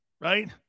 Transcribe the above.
right